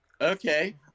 Okay